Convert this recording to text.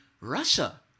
Russia